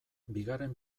bigarren